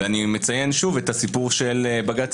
ואני מציין שוב את הסיפור של בג"ץ